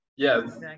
Yes